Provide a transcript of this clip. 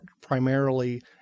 primarily